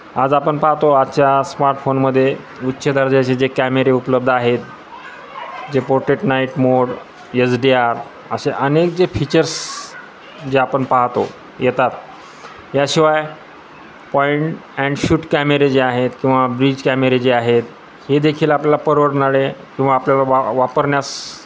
आज आपण पाहतो आजच्या स्मार्टफोनमध्ये उच्च दर्जाचे जे कॅमेरे उपलब्ध आहेत जे portrait night mode S D R असे अनेक जे फीचर्स जे आपण पाहतो येतात याशिवाय पॉइंट अँड शूट कॅमेरे जे आहेत किंवा ब्रिज कॅमेरे जे आहेत हेदेखील आपल्याला परवडणारे किंवा आपल्याला वा वापरण्यास